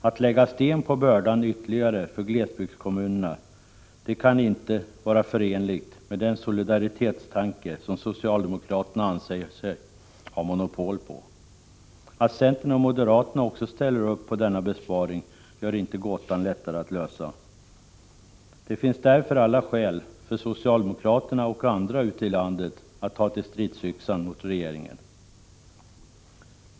Att lägga ytterligare sten på bördan för glesbygdskommunerna, det kan inte vara förenligt med den solidaritetstanke som socialdemokraterna anser sig ha monopol på. Att centern och moderaterna också ställer upp på denna besparing gör inte gåtan lättare att lösa. Det finns därför alla skäl för socialdemokraterna och andra ute i landet att ta till stridsyxan mot regeringen.